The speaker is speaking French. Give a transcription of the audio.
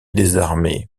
désarmé